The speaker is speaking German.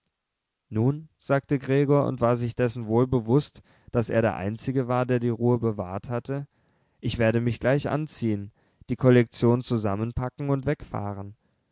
nun sagte gregor und war sich dessen wohl bewußt daß er der einzige war der die ruhe bewahrt hatte ich werde mich gleich anziehen die kollektion zusammenpacken und wegfahren